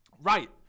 Right